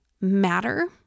matter